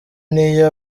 n’iyo